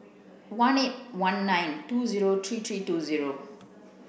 one eight one nine two zero three three two zero